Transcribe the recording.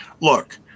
Look